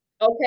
Okay